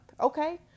Okay